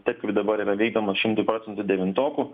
taip kaip dabar yra vykdomas šimtui procentų devintokų